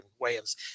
Williams